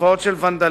תופעות של ונדליזם,